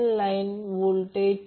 4 म्हणजे ते 38